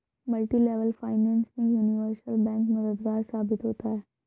multilevel finance में universal bank मददगार साबित होता है